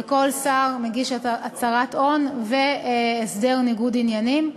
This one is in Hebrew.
וכל שר מגיש הצהרת הון והסדר ניגוד עניינים.